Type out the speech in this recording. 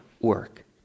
work